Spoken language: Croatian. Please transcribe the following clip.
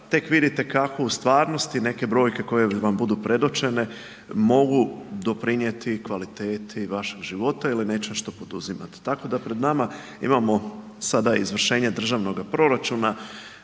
tek vidite kako u stvarnosti neke brojke koje vam budu predočene mogu doprinijeti kvaliteti vašeg života ili nečem što poduzimate. Tako da pred nama imamo sada izvršenje državnoga proračuna,